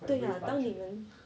quite brave bunch